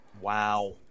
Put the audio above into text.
Wow